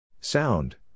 Sound